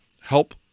Help